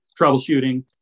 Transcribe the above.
troubleshooting